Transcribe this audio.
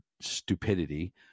stupidity